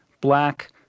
black